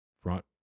front